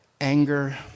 anger